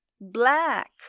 black